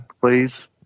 please